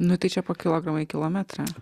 nu tai čia po kilogramą į kilometrą